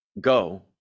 go